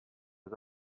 was